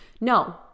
no